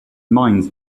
mines